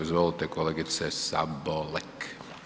Izvolite kolegice Sabolek.